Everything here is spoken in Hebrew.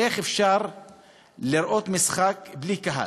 איך אפשר לראות משחק בלי קהל?